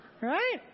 Right